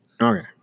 Okay